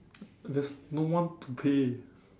there's no one to pay